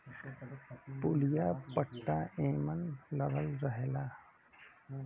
पुलिया पट्टा एमन लगल रहला